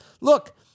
look